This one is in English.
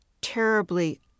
terribly